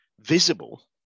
visible